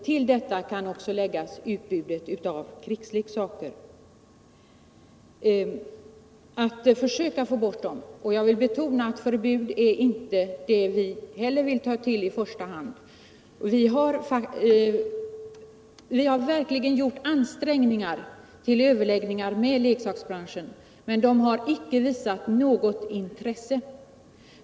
Till detta kan också läggas utbudet av krigsleksaker. Jag vill betona att förbud inte är det vi vill ta till i första hand. Vi har Nr 120 verkligen gjort ansträngningar för att få överläggningar med leksaksbranschen, men den har icke visat något intresse.